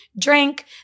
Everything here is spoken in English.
drink